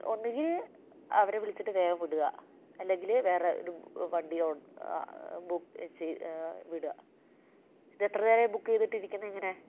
ഒന്നുകിൽ അവരെ വിളിച്ചിട്ടു വേഗം വിടുക അല്ലെങ്കിൽ വേറെ ഒരു വണ്ടിയോ ബുക്ക് ചെയ്തു വിടുക ഇത് എത്ര നേരമായി ബുക്ക് ചെയ്തിട്ടിരിക്കുന്നു ഇങ്ങനെ